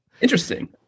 Interesting